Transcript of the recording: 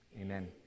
Amen